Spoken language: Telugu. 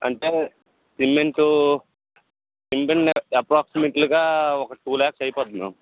అంటే సిమెంటు సిమెంట్కి అప్రోక్సిమేట్గా ఒక టూ లాక్స్ అయిపోద్ది మ్యామ్